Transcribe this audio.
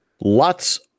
Lots